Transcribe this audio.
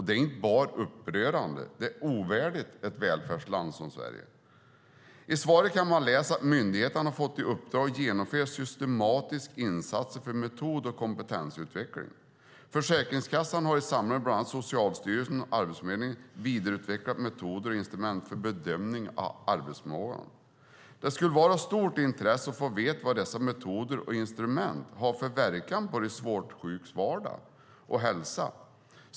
Det är inte bara upprörande - det är ovärdigt ett välfärdsland som Sverige. I svaret kan man läsa att myndigheten har fått i uppdrag att genomföra systematiska insatser för metod och kompetensutveckling. Försäkringskassan har i samarbete med bland annat Socialstyrelsen och Arbetsförmedlingen vidareutvecklat metoder och instrument för bedömning av arbetsförmågan. Det skulle vara av stort intresse att få veta vad dessa metoder och instrument har för verkan på de svårt sjukas vardag och hälsa.